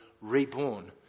reborn